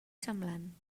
semblant